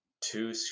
two